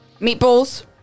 Meatballs